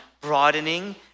broadening